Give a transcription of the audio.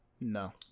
No